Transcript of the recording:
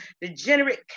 degenerate